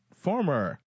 former